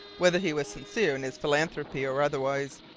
whether he was sincere in his philanthropy or otherwise.